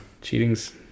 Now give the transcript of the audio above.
cheating's